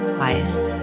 highest